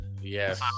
Yes